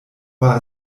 war